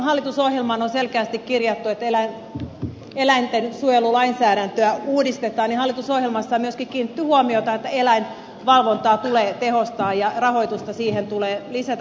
hallitusohjelmaan on selkeästi kirjattu että eläintensuojelulainsäädäntöä uudistetaan ja hallitusohjelmassa on myöskin kiinnitetty huomiota että eläinvalvontaa tulee tehostaa ja rahoitusta siihen tulee lisätä